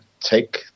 take